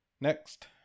Next